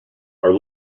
are